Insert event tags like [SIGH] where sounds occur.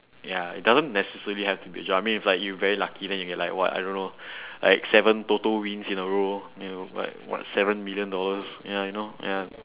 ya it doesn't necessarily have to be a job I mean if you like very lucky then you get like what I don't know [BREATH] like seven TOTO wins in a row you like what seven million dollars ya you know ya